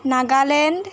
Nagaland